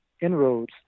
inroads